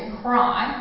cry